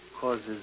causes